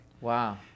Wow